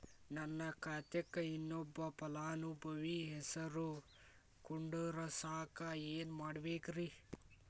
ನನ್ನ ಖಾತೆಕ್ ಇನ್ನೊಬ್ಬ ಫಲಾನುಭವಿ ಹೆಸರು ಕುಂಡರಸಾಕ ಏನ್ ಮಾಡ್ಬೇಕ್ರಿ?